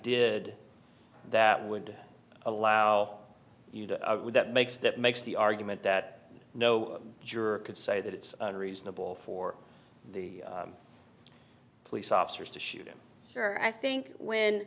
did that would allow you to do that makes that makes the argument that no juror could say that it's unreasonable for the police officers to shoot him or i think when